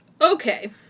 Okay